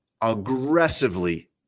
aggressively